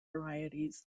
varieties